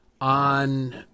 on